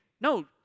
No